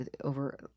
over